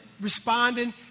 responding